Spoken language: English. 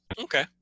Okay